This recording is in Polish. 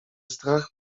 strach